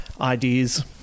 ideas